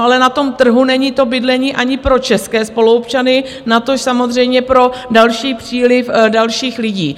Ale na trhu není bydlení ani pro české spoluobčany, natož samozřejmě pro další příliv dalších lidí.